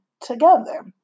together